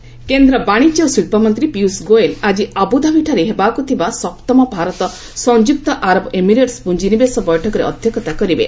ପିୟୁଷ ଗୋଏଲ କେନ୍ଦ୍ର ବାଣିଜ୍ୟ ଓ ଶିଳ୍ପ ମନ୍ତ୍ରୀ ପୀୟୁଷ ଗୋଏଲ ଆଜି ଆବୁଧାବିଠାରେ ହେବାକୁ ଥିବା ସପ୍ତମ ଭାରତ ସଂଯୁକ୍ତ ଆରବ ଏମିରେଟ୍ସ ପୁଞ୍ଚିନିବେଶ ବୈଠକରେ ଅଧ୍ୟକ୍ଷତା କରିବେ